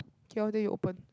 K lor then you open